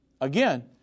again